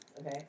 okay